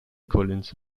collins